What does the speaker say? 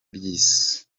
byiza